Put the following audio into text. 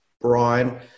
Brian